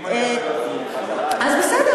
אז בסדר,